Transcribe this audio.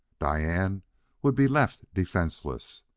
diane would be left defenseless.